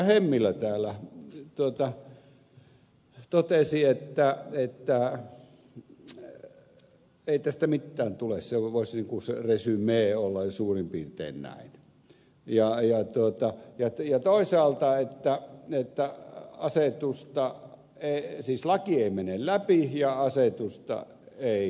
hemmilä täällä totesi että ei tästä mittään tule se voisi niin kuin resume olla suurin piirtein näin ja toisaalta että laki ei mene läpi ja asetusta ei avata